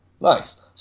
Nice